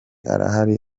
arahari